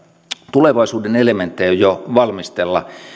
tulevaisuuden elementtejä jo valmistella